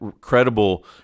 credible